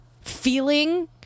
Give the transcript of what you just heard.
feeling